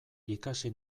ikasi